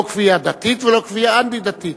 לא כפייה דתית ולא כפייה אנטי-דתית.